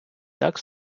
так